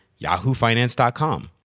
yahoofinance.com